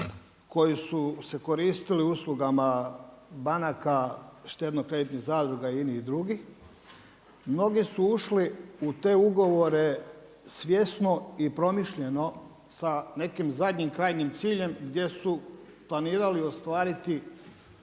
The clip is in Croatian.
koji su se koristili uslugama banaka štedno-kreditnih zadruga i inih drugih mnogi su ušli u te ugovore svjesno i promišljeno sa nekim zadnjim krajnjim ciljem gdje su planirali ostvariti